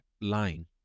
line